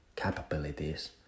capabilities